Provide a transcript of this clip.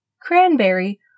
Cranberry